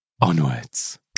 onwards